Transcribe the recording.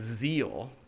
zeal